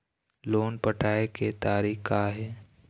Loan पटाए के तारीख़ का हे?